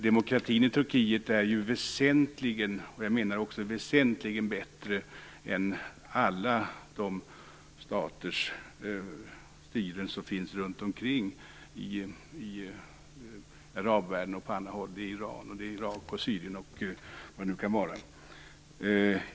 Demokratin i Turkiet är också väsentligen, och jag menar just väsentligen, bättre än styrena i alla de stater som finns runt omkring, i arabvärlden och på andra håll - Iran, Irak, Syrien m.m.